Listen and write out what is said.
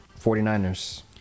49ers